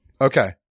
Okay